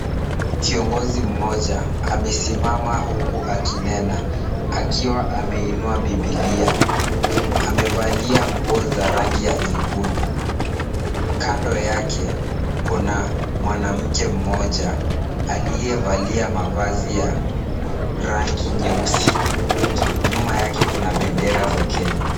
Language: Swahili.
Kiongozi mmoja amesimama huku akinena akiwa ameinua Biblia. Amevalia nguo za rangi ya nyekundu. Kando yake kuna mwanamke mmoja aliyevalia mavazi ya rangi nyeusi. Nyuma yake kuna bendera za Kenya.